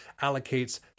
allocates